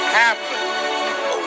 happen